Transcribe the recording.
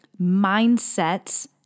mindsets